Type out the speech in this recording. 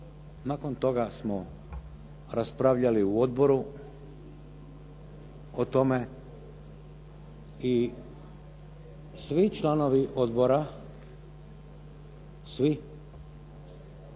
Nakon toga smo raspravljali u odboru o tome i svi članovi odbora, svi,